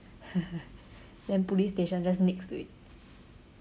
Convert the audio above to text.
then police station just next to it